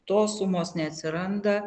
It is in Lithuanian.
tos sumos neatsiranda